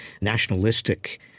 nationalistic